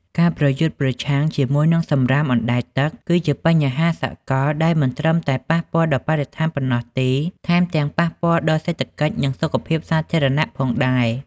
ការប្រយុទ្ធប្រឆាំងជាមួយនឹងសំរាមអណ្តែតទឹកគឺជាបញ្ហាសកលដែលមិនត្រឹមតែប៉ះពាល់ដល់បរិស្ថានប៉ុណ្ណោះទេ ថែមទាំងប៉ះពាល់ដល់សេដ្ឋកិច្ច និងសុខភាពសាធារណៈផងដែរ។